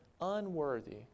unworthy